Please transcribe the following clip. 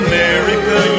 America